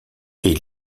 est